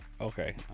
okay